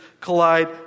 collide